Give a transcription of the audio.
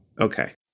Okay